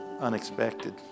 unexpected